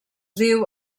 diu